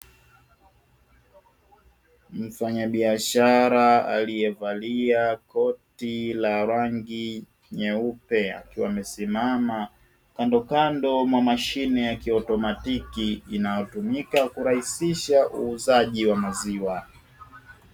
Mfanyabiashara aliyevalia koti la rangi ya nyeupe, akiwa amesimama kandokando ya mashine ya kiotomatiki, inayotumika kurahisisha uuzaji wa maziwa.